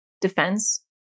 defense